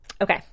Okay